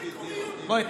בואי,